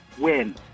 Win